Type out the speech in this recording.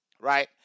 Right